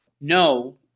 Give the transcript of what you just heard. no